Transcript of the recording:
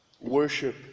Worship